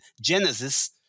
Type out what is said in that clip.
genesis